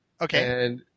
Okay